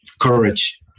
courage